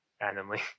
randomly